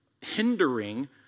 hindering